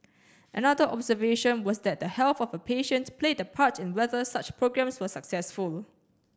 another observation was that the health of a patient played a part in whether such programs were successful